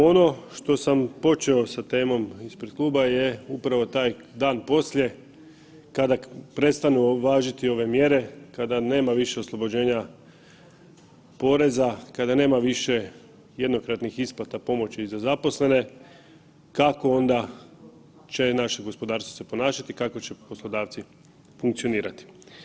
Ono što sam počeo sa temom ispred klub je upravo taj dan poslije kada prestanu važiti ove mjere, kada nema više oslobođenja poreza, kada nema više jednokratnih isplata pomoći za zaposlene, kako onda će naše gospodarstvo se ponašati, kako će poslodavci funkcionirati?